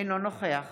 אינו נוכח